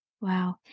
Wow